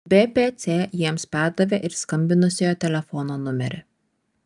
bpc jiems perdavė ir skambinusiojo telefono numerį